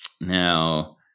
Now